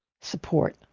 support